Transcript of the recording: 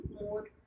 more